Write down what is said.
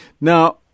Now